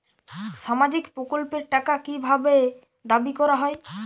সামাজিক প্রকল্পের টাকা কি ভাবে দাবি করা হয়?